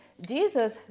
Jesus